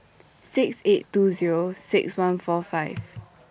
six eight two Zero six one four five